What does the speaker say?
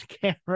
camera